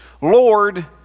Lord